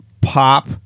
pop